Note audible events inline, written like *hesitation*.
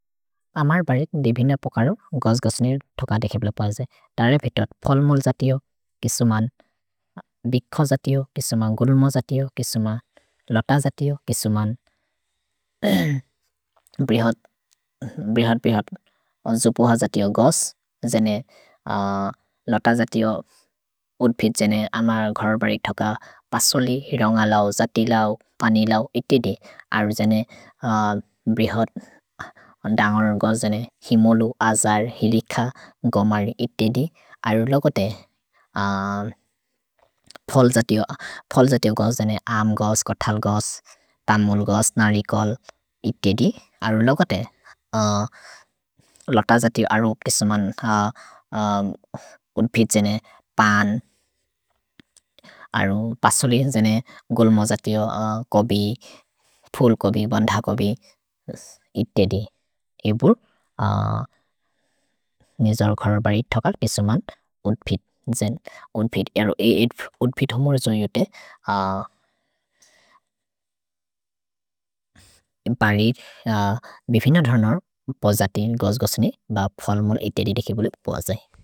अमर् बरेक् देबिन पोकरो गोस् गोस्निर् थोक देखिब्लोपो अजे। तरे फेतोत् फोल्मुल् जतिओ किसुमन्, बिखो जतिओ किसुमन्, गुल्मो जतिओ किसुमन्, लत जतिओ किसुमन्। भ्रिहद् ब्रिहद् जुपुह जतिओ गोस्, जेने *hesitation* लत जतिओ उत्फित् जेने अमर् घोर् बरेक् थोक पसोलि, हिरोन्ग लौ, जति लौ, पनि लौ, इति दे। अरु जेने *hesitation* ब्रिहद् दन्गरोन् गोस् जेने हिमोलु, अजर्, हिलिख, गोमर्, इति दे। अरु लोगोते फोल् जतिओ गोस् जेने अम् गोस्, कोथल् गोस्, तमुल् गोस्, नरिकोल्, इति दे। अरु लोगोते लत जतिओ अरु किसुमन् *hesitation* उत्फित् जेने पन्, अरु पसोलि जेने गुल्मो जतिओ कोबि, फोल् कोबि, बन्ध कोबि, इति दे। एबुर् निजर् घोर् बरेक् थोक किसुमन् उत्फित् जेने, उत्फित्, *hesitation* अरु उत्फिथोमोर् जो जोते परिर् बिफिन धर्नोर् फोल् जतिओ गोस् गोसेने, ब फोल्मोल् इतेरि देके बोले फोल् जै।